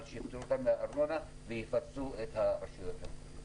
אבל שיפטרו אותם מארנונה ויפצו את הרשויות המקומיות.